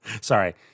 sorry